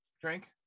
drink